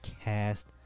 cast